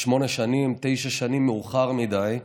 ושמונה שנים, תשע שנים מאוחר מדי,